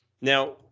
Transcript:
now